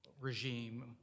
regime